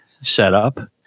setup